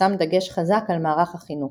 ששם דגש חזק על מערך החינוך.